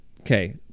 okay